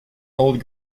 old